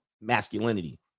masculinity